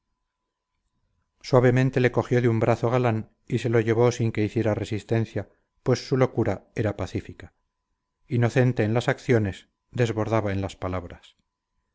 suavemente le cogió de un brazo galán y se lo llevó sin que hiciera resistencia pues su locura era pacífica inocente en las acciones desbordada en las palabras